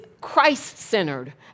Christ-centered